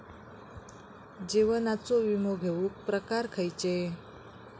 जीवनाचो विमो घेऊक प्रकार खैचे?